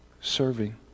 serving